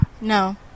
No